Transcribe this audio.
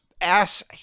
ass